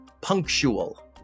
punctual